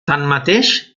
tanmateix